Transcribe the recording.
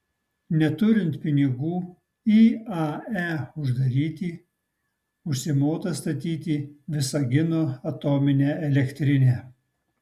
neturint pinigų iae uždaryti užsimota statyti visagino atominę elektrinę